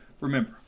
Remember